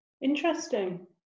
Interesting